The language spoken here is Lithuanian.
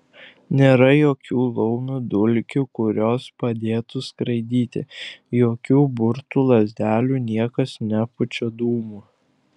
nėra jokių laumių dulkių kurios padėtų skraidyti jokių burtų lazdelių niekas nepučia dūmų